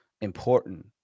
important